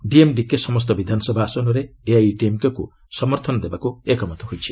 ଡିଏମ୍ଡିକେ ସମସ୍ତ ବିଧାନସଭା ଆସନରେ ଏଆଇଏଡିଏମ୍କେକୁ ସମର୍ଥନ ଦେବାକୁ ଏକମତ ହୋଇଛି